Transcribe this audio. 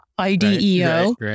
IDEO